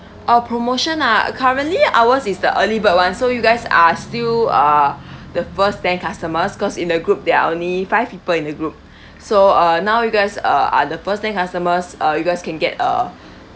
oh promotion ah currently ours is the early bird one so you guys are still uh the first ten customers cause in the group there're only five people in the group so uh now you guys uh are the first ten customers uh you guys can get a